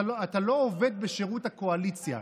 אתה לא עובד בשירות הקואליציה,